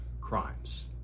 crimes